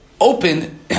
open